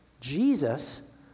Jesus